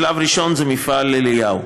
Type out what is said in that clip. בשלב ראשון זה מפעל אליהו.